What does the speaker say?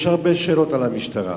יש הרבה שאלות למשטרה,